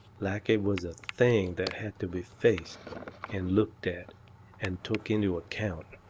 like it was a thing that had to be faced and looked at and took into account.